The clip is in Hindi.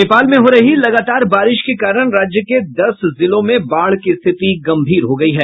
नेपाल में हो रही लगातार बारिश के कारण राज्य के दस जिलों में बाढ़ की स्थिति गंभीर हो गयी है